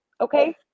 okay